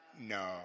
No